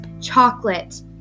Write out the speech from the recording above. chocolate